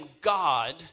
God